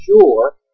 sure